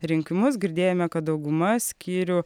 rinkimus girdėjome kad dauguma skyrių